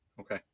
Okay